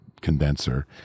condenser